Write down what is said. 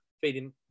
feeding